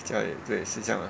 家里对是这样